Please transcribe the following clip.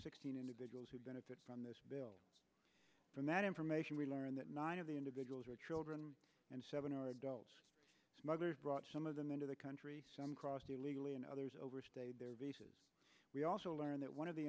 sixteen individuals who benefit from this bill from that information we learn that nine of the individuals are children and seven are adults as mothers brought some of them into the country some cross illegally and others overstayed their visas we also learned that one of the